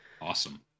Awesome